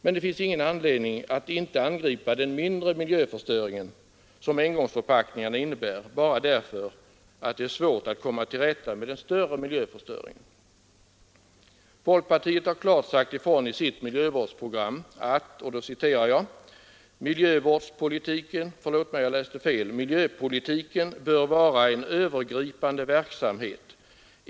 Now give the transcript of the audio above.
Men det finns ingen anledning att inte angripa den mindre miljöförstöring som engångsförpackningarna innebär bara därför att det är svårt att komma till rätta med större miljöförstöringar. Folkpartiet har klart sagt ifrån i sitt miljövårdsprogram: ”Miljöpolitiken bör vara en övergripande verksamhet.